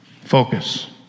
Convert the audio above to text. Focus